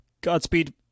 Godspeed